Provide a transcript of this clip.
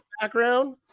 background